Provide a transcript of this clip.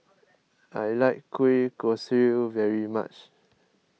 I like Kueh Kosui very much